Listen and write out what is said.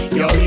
yo